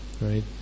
Right